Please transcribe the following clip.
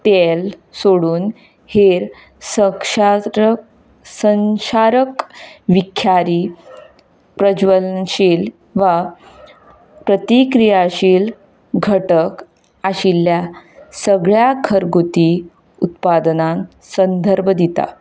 तेल सोडून हेर संचारक विखारी प्रजवलशील वा प्रतिक्रियाशील घटक आशिल्ल्या सगळ्या घरगुती उत्पादनाक संदर्भ दिता